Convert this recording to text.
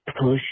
push